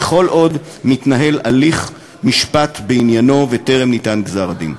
וכל עוד מתנהל הליך משפט בעניינו וטרם ניתן גזר-הדין.